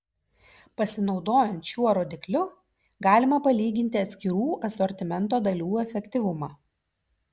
pasinaudojant šiuo rodikliu galima palyginti atskirų asortimento dalių efektyvumą